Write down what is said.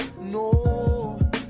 no